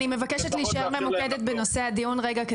אני מבקשת להישאר ממוקדת בנושא הדיון רגע,